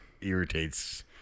irritates